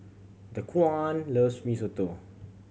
Daquan loves Mee Soto